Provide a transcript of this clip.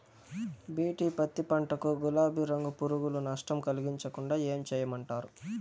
BT పత్తి పంట కు, గులాబీ రంగు పులుగులు నష్టం కలిగించకుండా ఏం చేయమంటారు?